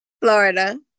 florida